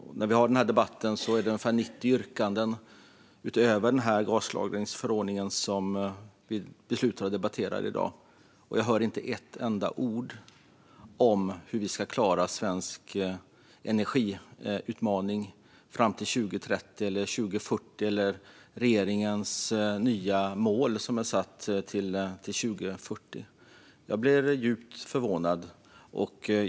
När det gäller denna debatt är det ungefär 90 yrkanden utöver det som gäller gaslagringsförordningen som vi debatterar i dag och som vi ska besluta om. Jag hör inte ett enda ord om hur vi ska klara den svenska energiutmaningen fram till 2030 eller 2040, som är regeringens nya mål. Jag blir djupt förvånad.